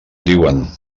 diuen